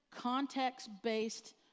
context-based